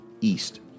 east